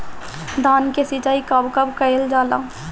धान के सिचाई कब कब कएल जाला?